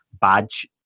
badge